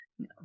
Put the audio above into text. No